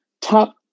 top